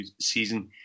season